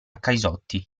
caisotti